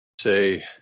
say